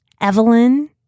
Evelyn